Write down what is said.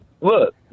Look